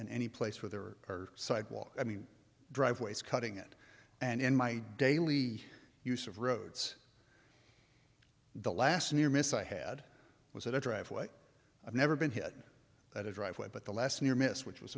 in any place where there are sidewalk i mean driveways cutting it and in my daily use of roads the last near miss i had was at a driveway i've never been hit at a driveway but the last near miss which was